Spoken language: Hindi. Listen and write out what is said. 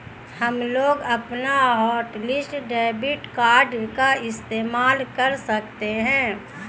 हमलोग अपना हॉटलिस्ट डेबिट कार्ड का इस्तेमाल कर सकते हैं